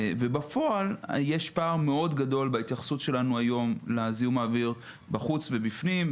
בפועל יש פער מאוד גדול בהתייחסות שלנו היום לזיהום האוויר בחוץ ובפנים,